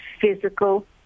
physical